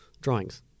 drawings